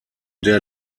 der